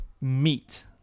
meet